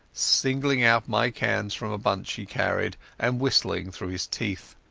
singling out my cans from a bunch he carried and whistling through his teeth.